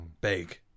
Big